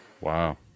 Wow